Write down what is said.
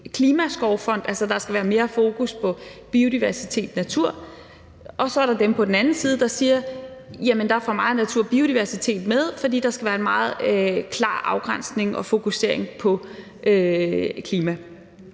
der skal være mere fokus på biodiversitet og natur, og så er der på den anden side dem, der siger: Jamen der er for meget natur og biodiversitet med, for der skal være en meget klar afgrænsning og fokusering på klima.